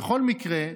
בכל מקרה,